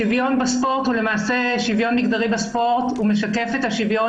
שוויון מגדרי בספורט הוא משקף את השוויון